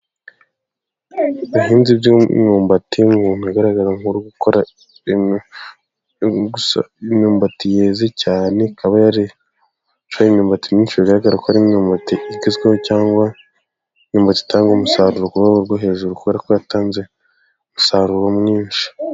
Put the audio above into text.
Ubuhinzi bw'imyumbati, umuntu ugaragara nkuri gukora ibintu, imyumbati yeze cyane ikaba yari imyumbati myinshi, bigaragara ko ari imwe mu myumbati igezweho cyangwa ari imyumbati itanga umusaruro, ku rwego rwo hejuru kubera ko yatanze umusaruro mwinshi.